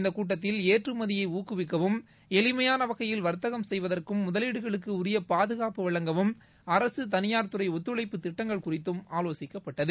இந்த கூட்டத்தில் ஏற்றுமதியை ஊக்குவிக்கவும் எளிமையான வகையில் வா்த்தகம் செய்வதற்கும் முதலீடுகளுக்கு உரிய பாதுகாப்பு வழங்கவும் அரசு தனியார் துறை ஒத்துழைப்பு திட்டங்கள் குறித்தும் ஆலோசிக்கப்பட்டது